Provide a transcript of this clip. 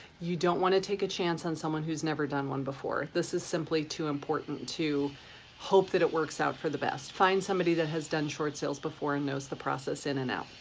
you don't wanna take a chance on someone who's never done one before. this is simply too important to hope that it works out for the best. find somebody that has done short sales before and knows the process in and out.